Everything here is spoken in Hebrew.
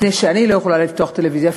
אני לא יכולה לפתוח טלוויזיה.